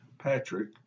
Patrick